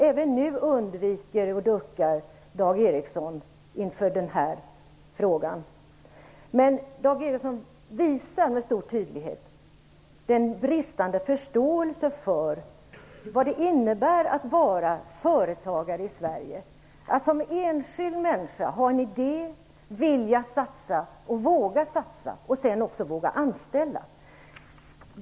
Även nu undviker Dag Ericson detta och duckar inför frågan. Men Dag Ericson visar med stor tydlighet en bristande förståelse för vad det innebär att vara företagare i Sverige - att som enskild människa ha en idé, vilja och våga satsa på den och sedan också våga anställa människor.